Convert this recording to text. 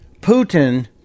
Putin